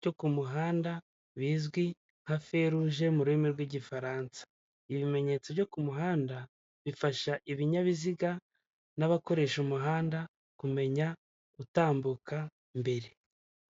byo ku muhanda bizwi nka feruje mu rurimi rw'igifaransa, ibimenyetso byo ku muhanda bifasha ibinyabiziga n'abakoresha umuhanda kumenya gutambuka mbere.